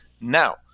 Now